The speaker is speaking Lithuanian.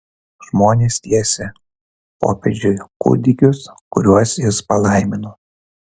žmonės tiesė popiežiui kūdikius kuriuos jis palaimino